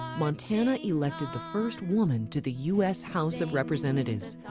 montana elected the first woman to the us house of representatives.